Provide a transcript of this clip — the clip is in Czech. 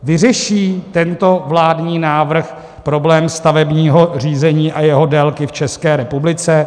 Vyřeší tento vládní návrh problém stavebního řízení a jeho délky v České republice?